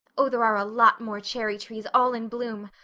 oh, there are a lot more cherry-trees all in bloom!